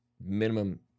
minimum